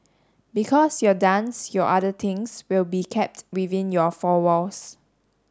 because your dance your other things will be kept within your four walls